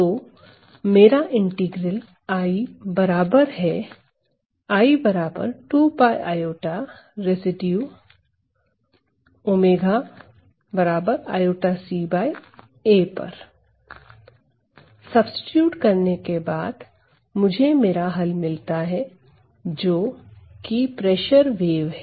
तो मेरा integral I बराबर है सब्सीट्यूट करने के बाद मुझे मेरा हल मिलता है जो कि प्रेशर वेव है